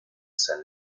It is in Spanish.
san